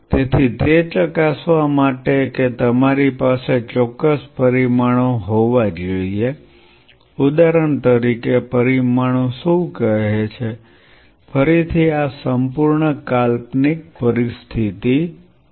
તેથી તે ચકાસવા માટે કે તમારી પાસે ચોક્કસ પરિમાણો હોવા જોઈએ ઉદાહરણ તરીકે પરિમાણો શું કહે છે ફરીથી આ સંપૂર્ણ કાલ્પનિક પરિસ્થિતિ છે